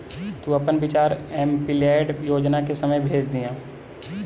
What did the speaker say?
तु अपन विचार एमपीलैड योजना के समय भेज दियह